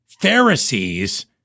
Pharisees